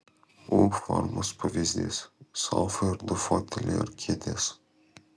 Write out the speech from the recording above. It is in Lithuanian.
u formos pavyzdys sofa ir du foteliai ar kėdės